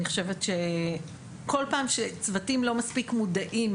אני חושבת שכל פעם שצוותים לא מספיק מודעים